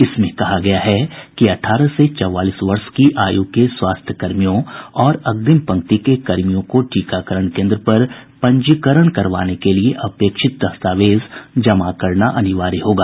इसमें कहा गया है कि अठारह से चौवालीस वर्ष की आयु के स्वास्थ्य कर्मियों और अग्रिम पंक्ति के कर्मियों को टीकाकरण केंद्र पर पंजीकरण करवाने के लिए अपेक्षित दस्तावेज जमा कराना अनिवार्य होगा